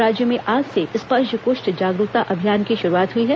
राज्य में आज से स्पर्श कृष्ठ जागरूकता अभियान की शुरूआत हुई है